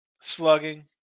slugging